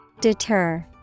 Deter